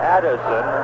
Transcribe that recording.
Addison